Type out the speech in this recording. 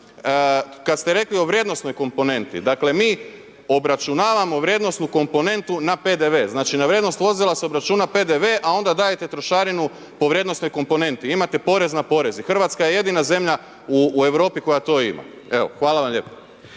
kad ste rekli o vrijednosnoj komponenti, dakle mi obračunavamo vrijednosnu komponentu na PDV, znači na vrijednost vozila se obračuna PDV a onda dajete trošarinu po vrijednosnoj komponenti. Imate porez na porez. Hrvatska je jedina zemlja u Europi koja to ima. Evo, hvala vam lijepo.